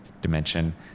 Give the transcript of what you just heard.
dimension